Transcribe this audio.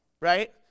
right